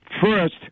first